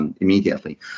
immediately